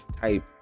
type